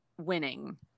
winning